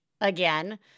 again